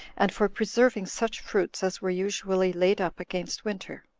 and for preserving such fruits as were usually laid up against winter.